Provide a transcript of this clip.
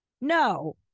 No